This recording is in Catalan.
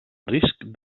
risc